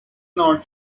not